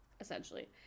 essentially